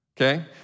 okay